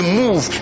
move